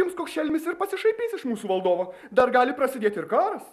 ims koks šelmis ir pasišaipys iš mūsų valdovo dar gali prasidėt ir karas